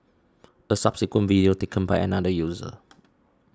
a subsequent video taken by another user